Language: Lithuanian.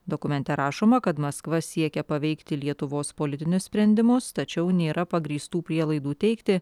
dokumente rašoma kad maskva siekia paveikti lietuvos politinius sprendimus tačiau nėra pagrįstų prielaidų teigti